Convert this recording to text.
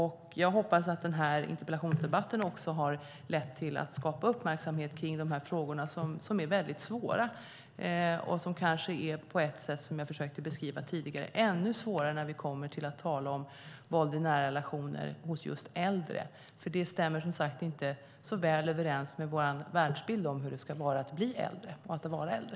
Jag hoppas att den här interpellationsdebatten också har lett till att skapa uppmärksamhet kring de här frågorna som är väldigt svåra och som kanske på ett sätt, som jag försökte beskriva tidigare, är ännu svårare när vi kommer till att tala om våld i nära relationer hos just äldre. Det stämmer ju inte så väl överens med vår bild av hur det ska vara att bli äldre och att vara äldre.